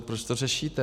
Proč to řešíte?